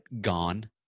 gone